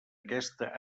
aquesta